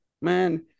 man